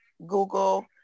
Google